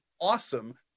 awesome